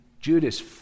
Judas